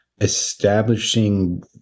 establishing